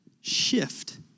shift